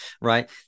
right